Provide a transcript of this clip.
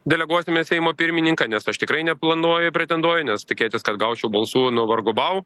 deleguosime seimo pirmininką nes aš tikrai neplanuoju pretenduoti nes tikėtis kad gaučiau balsų nu vargu bau